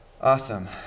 Awesome